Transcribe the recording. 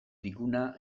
diguna